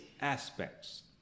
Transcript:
aspects